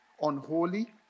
Unholy